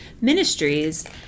ministries